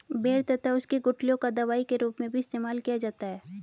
बेर और उसकी गुठलियों का दवाई के रूप में भी इस्तेमाल किया जाता है